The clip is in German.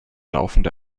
laufende